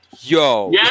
Yo